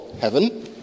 heaven